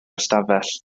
ystafell